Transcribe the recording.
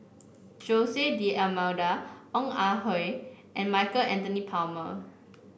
Jose D'Almeida Ong Ah Hoi and Michael Anthony Palmer